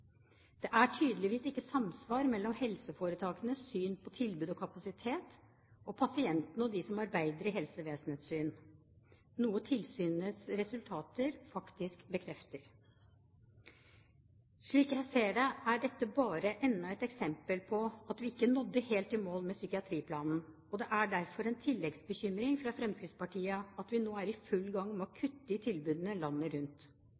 Det er tydeligvis ikke samsvar mellom helseforetakenes syn på tilbud og kapasitet og synet til pasientene og dem som arbeider i helsevesenet, noe tilsynets resultater faktisk bekrefter. Slik jeg ser det, er dette bare enda et eksempel på at vi ikke nådde helt i mål med psykiatriplanen, og det er derfor en tilleggsbekymring fra Fremskrittspartiet at vi nå er i full gang med å kutte i tilbudene landet rundt.